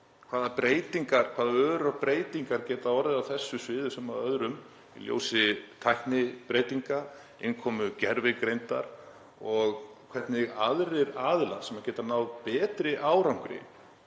hvaða öru breytingar geta orðið á þessu sviði sem öðrum í ljósi tæknibreytinga; innkomu gervigreindar, og hvernig aðrir aðilar, sem geta náð betri árangri